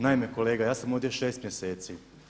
Naime kolega, ja sam ovdje 6 mjeseci.